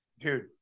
Dude